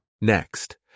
Next